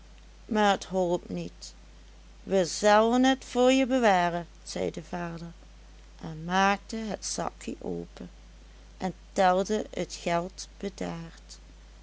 krib maar t holp niet we zellen t voor je bewaren zei de vader en maakte het zakkie ope en telde et geld bedaard